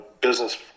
business